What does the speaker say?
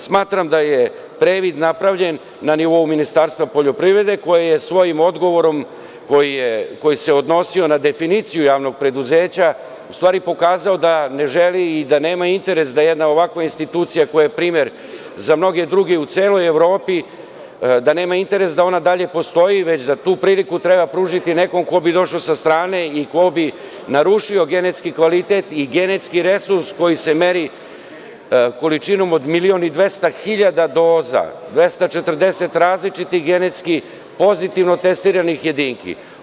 Smatram da je previd napravljen na nivou Ministarstva poljoprivrede koje je svojim odgovorom koji se odnosio na definiciju javnog preduzeća u stvari pokazao da ne želi i da nema interes da jedna ovakva institucija koje je primer za mnoge druge u celoj Evropi, da nema interes da ona dalje postoji, već da tu priliku treba pružiti nekome ko bi došao sa strane i ko bi narušio genetski kvalitet i genetski resurs koji se meri količinom od 1.200.000 doza, 240 različitih genetski pozitivno testiranih jedinki.